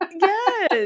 yes